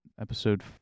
episode